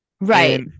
right